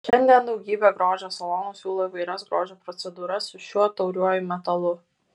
šiandien daugybė grožio salonų siūlo įvairias grožio procedūras su šiuo tauriuoju metalu